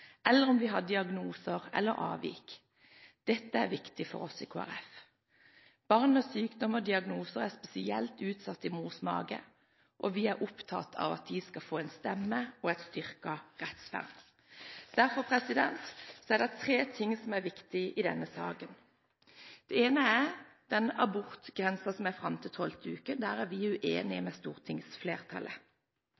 eller om vi har diagnoser eller avvik. Dette er viktig for oss i Kristelig Folkeparti. Barn med sykdom og diagnoser er spesielt utsatt i mors mage, og vi er opptatt av at de skal få en stemme og et styrket rettsvern. Derfor er det tre ting som er viktige i denne saken. Det ene er abortgrensen fram til 12. uke, og der er vi uenige